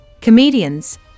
comedians